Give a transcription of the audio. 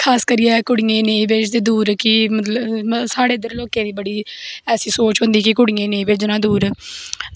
खास करियै कुड़ियां गी नेईं भेजदे दूर कि मतलब साढ़े इद्धर लोकें दी बड़ी ऐसी सोच होंदी कि कुड़ियें गी नेईं भेजनां दूर